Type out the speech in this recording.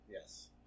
Yes